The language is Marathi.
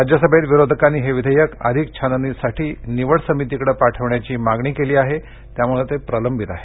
राज्यसभेत विरोधकांनी हे विधेयक अधिक छाननीसाठी निवड समितीकडं पाठवण्याची मागणी केली आहे त्यामुळं ते प्रलंबित आहे